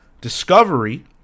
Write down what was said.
discovery